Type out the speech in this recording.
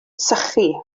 sychu